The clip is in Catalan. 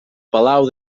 palau